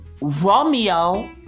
Romeo